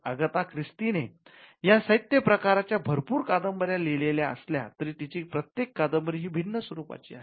Agatha ख्रिस्तीने या साहित्य प्रकारच्या भरपूर कादंबऱ्या लिहिलेल्या असल्यास तरी तिची प्रत्येक कादंबरी ही भिन्न स्वरूपाची आहे